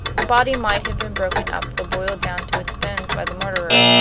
the body might have been broken up or boiled down to its bones by the murderer,